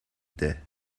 дээ